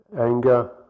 anger